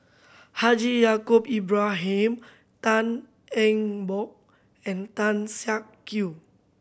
Haji Ya'acob Tan Eng Bock and Tan Siak Kew